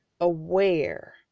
aware